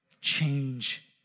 change